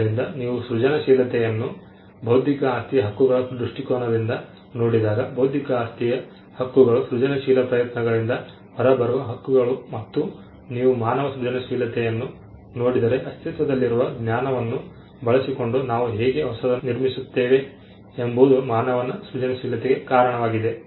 ಆದ್ದರಿಂದ ನೀವು ಸೃಜನಶೀಲತೆಯನ್ನು ಬೌದ್ಧಿಕ ಆಸ್ತಿಯ ಹಕ್ಕುಗಳ ದೃಷ್ಟಿಕೋನದಿಂದ ನೋಡಿದಾಗ ಬೌದ್ಧಿಕ ಆಸ್ತಿಯ ಹಕ್ಕುಗಳು ಸೃಜನಶೀಲ ಪ್ರಯತ್ನಗಳಿಂದ ಹೊರಬರುವ ಹಕ್ಕುಗಳು ಮತ್ತು ನೀವು ಮಾನವ ಸೃಜನಶೀಲತೆಯನ್ನು ನೋಡಿದರೆ ಅಸ್ತಿತ್ವದಲ್ಲಿರುವ ಜ್ಞಾನವನ್ನು ಬಳಸಿಕೊಂಡು ನಾವು ಹೇಗೆ ಹೊಸದನ್ನು ನಿರ್ಮಿಸುತ್ತೇವೆ ಎಂಬುದು ಮಾನವನ ಸೃಜನಶೀಲತೆಗೆ ಕಾರಣವಾಗಿದೆ